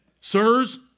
Sirs